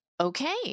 Okay